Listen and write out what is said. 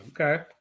Okay